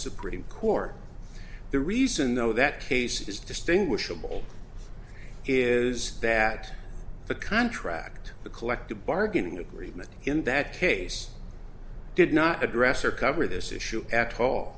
supreme court the reason though that case is distinguishable is that the contract the collective bargaining agreement in that case did not address or cover this issue at all